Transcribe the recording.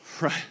right